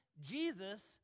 Jesus